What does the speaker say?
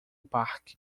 parque